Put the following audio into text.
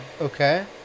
Okay